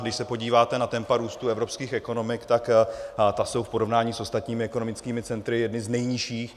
Když se podíváte na tempa růstu evropských ekonomik, tak ta jsou v porovnání s ostatními ekonomickými centry jedna z nejnižších.